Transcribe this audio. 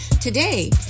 Today